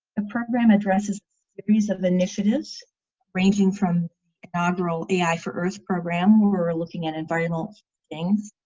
the program addresses series of initiatives ranging from inaugural the eye for earth program we were looking at environment things